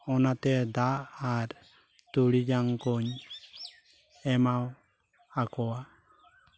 ᱚᱱᱟᱛᱮ ᱫᱟᱜ ᱟᱨ ᱛᱩᱲᱤ ᱡᱟᱝᱠᱚᱧ ᱮᱢᱟ ᱟᱠᱚᱣᱟ